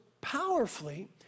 powerfully